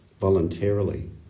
voluntarily